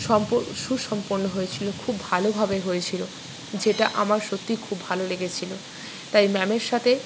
সম্প সুসম্পন্ন হয়েছিলো খুব ভালোভাবে হয়েছিলো যেটা আমার সত্যিই খুব ভালো লেগেছিলো তাই ম্যামের সাথে